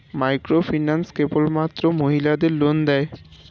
Microfinance কেবলমাত্র মহিলাদের loan দেয়?